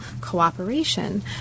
cooperation